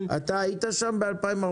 ומה קרה מאז 2014?